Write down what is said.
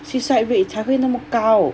suicide rate 才会那么高